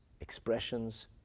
expressions